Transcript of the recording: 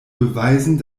beweisen